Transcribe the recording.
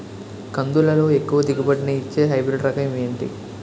కందుల లో ఎక్కువ దిగుబడి ని ఇచ్చే హైబ్రిడ్ రకం ఏంటి?